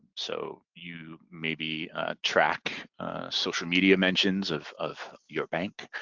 so you maybe track social media mentions of of your bank,